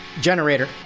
Generator